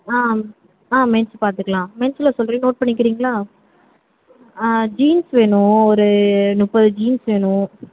ஆ ஆ மென்ஸ் பார்த்துக்கலாம் மென்ஸில் சொல்கிறேன் நோட் பண்ணிக்குறீங்களா ஆ ஜீன்ஸ் வேணும் ஒரு முப்பது ஜீன்ஸ் வேணும்